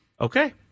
Okay